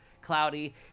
cloudy